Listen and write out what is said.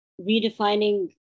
redefining